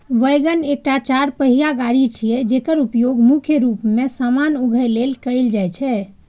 wagon एकटा चरपहिया गाड़ी छियै, जेकर उपयोग मुख्य रूप मे सामान उघै लेल कैल जाइ छै